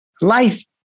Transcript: Life